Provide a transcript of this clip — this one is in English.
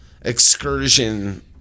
excursion